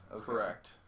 correct